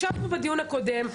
ישבנו בדיון הקודם,